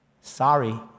Sorry